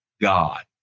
God